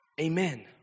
Amen